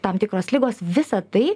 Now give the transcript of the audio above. tam tikros ligos visa tai